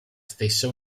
stessa